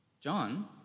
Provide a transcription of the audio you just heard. John